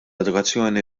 edukazzjoni